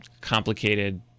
complicated